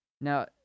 Now